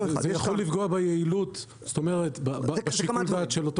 זה יכול לפגוע ביעילות ובשיקול הדעת.